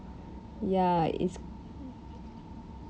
ya it's